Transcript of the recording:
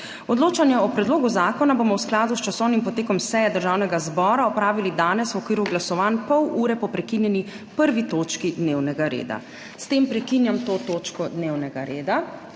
Odločanje o predlogu zakona bomo v skladu s časovnim potekom seje Državnega zbora opravili danes v okviru glasovanj, pol ure po prekinjeni 1. točki dnevnega reda. S tem prekinjam to točko dnevnega reda.